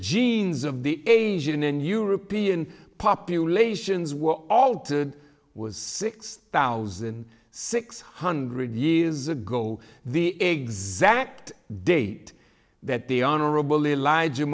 genes of the asian and european populations were altered was six thousand six hundred years ago the exact date that the honorable elijah